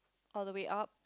all the way up